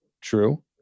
True